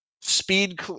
speed